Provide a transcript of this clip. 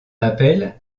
appelle